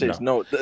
no